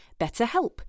BetterHelp